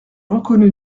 reconnu